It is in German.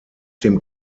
dem